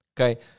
okay